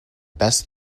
best